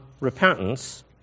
repentance